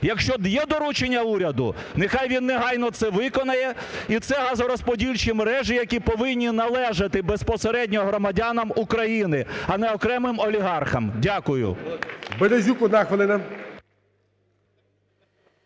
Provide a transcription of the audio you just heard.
Якщо є доручення уряду, нехай він негайно це виконає. І це газорозподільчі мережі, які повинні належать безпосередньо громадянам України, а не окремим олігархам. Дякую. ГОЛОВУЮЧИЙ. Березюк, одна хвилина.